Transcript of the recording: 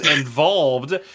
involved